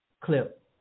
clip